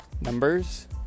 numbers